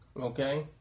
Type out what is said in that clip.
okay